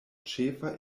ĉefa